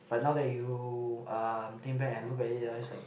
but now that you uh think back and look at it ah it's like